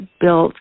built